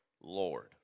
Lord